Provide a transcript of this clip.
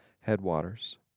headwaters